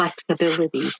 flexibility